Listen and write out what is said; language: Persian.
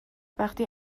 وقتی